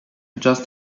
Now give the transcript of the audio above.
just